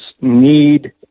need